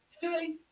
Hey